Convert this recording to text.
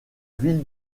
ville